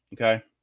okay